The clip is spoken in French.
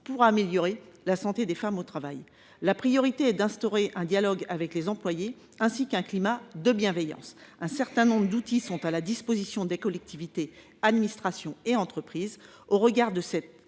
pour améliorer la santé des femmes au travail. Notre priorité est d’établir un dialogue avec les employés et un climat de bienveillance. Un certain nombre d’outils sont déjà à la disposition des collectivités, administrations et entreprises. Au regard de ces